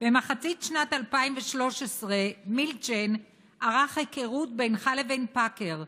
במחצית שנת 2013 מילצ'ן ערך היכרות בינך לבין פאקר,